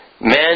men